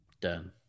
Done